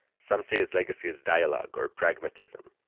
some say his legacy is dialogue, or pragmatism.